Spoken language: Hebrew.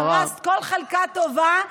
הרסת כל חלקה טובה,